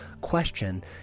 question